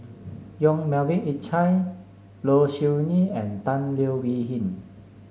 Yong Melvin Yik Chye Low Siew Nghee and Tan Leo Wee Hin